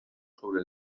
sobre